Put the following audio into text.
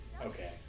okay